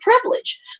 privilege